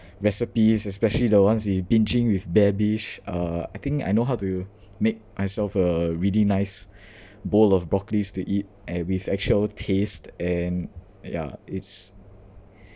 recipes especially the ones with binging with babish uh I think I know how to make myself a really nice bowl of broccolis to eat and with actual taste and yeah it's